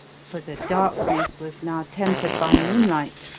for the darkness was now tempered by moonlight,